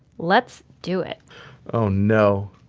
let's do it oh no.